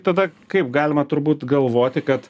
tada kaip galima turbūt galvoti kad